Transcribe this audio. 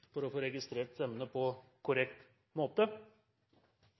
for å få registrert stemmene på korrekt måte.